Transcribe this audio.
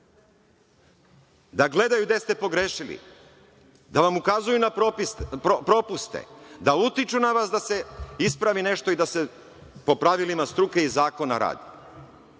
da gledaju gde ste pogrešili, da vam ukazuju na propuste, da utiču na vas da se ispravi nešto i da se po pravilima struke i zakona radi. Šta